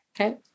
Okay